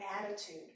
attitude